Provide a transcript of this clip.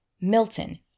Milton